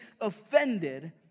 offended